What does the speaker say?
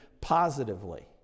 positively